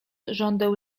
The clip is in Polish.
żądeł